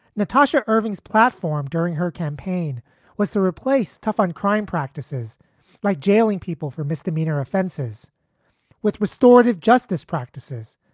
natasha erving's platform during her campaign was to replace tough on crime practices like jailing people for misdemeanor offenses with restorative justice practices,